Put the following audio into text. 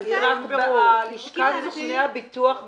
--- לשכת סוכני הביטוח בישראל,